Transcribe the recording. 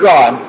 God